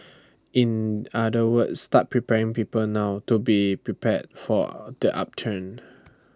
in other words start preparing people now to be prepared for the upturn